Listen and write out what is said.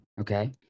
Okay